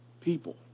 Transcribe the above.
people